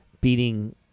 beating